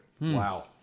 wow